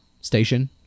station